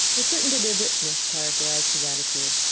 a certain deliberateness characterized his attitude.